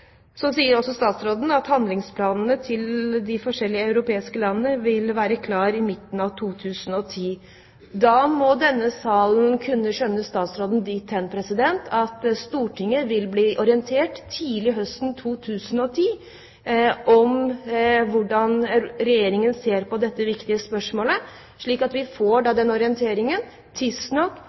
også at handlingsplanene til de forskjellige europeiske landene vil være klare i midten av 2010. Da må denne salen kunne skjønne statsråden dit hen at Stortinget vil bli orientert tidlig høsten 2010 om hvordan Regjeringen ser på dette viktige spørsmålet, slik at vi får den orienteringen tidsnok,